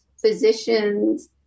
physicians